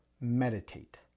meditate